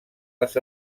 les